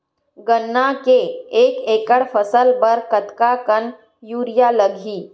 गन्ना के एक एकड़ फसल बर कतका कन यूरिया लगही?